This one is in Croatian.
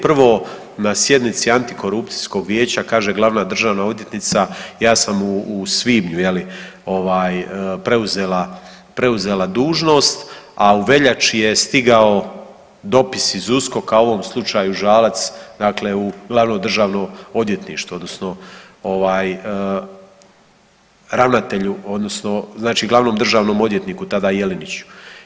Prvo na sjednici antikorupcijskog vijeća kaže glavna državna odvjetnica ja sam u svibnju je li ovaj preuzela, preuzela dužnost, a u veljači je stigao dopis iz USKOK-a u ovom slučaju Žalac, dakle u glavno državno odvjetništvo odnosno ravnatelju odnosno znači glavnom državnom odvjetniku tada Jeliniču.